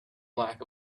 lack